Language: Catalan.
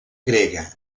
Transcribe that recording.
grega